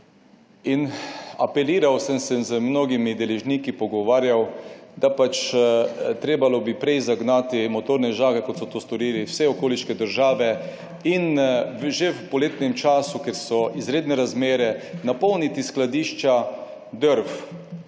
in apeliral, sem se z mnogimi deležniki pogovarjal, da pač treba bi bilo prej zagnati motorne žage, kot so to storili vse okoliške države in že v poletnem času, ker so izredne razmere, napolniti skladišča drv.